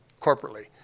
corporately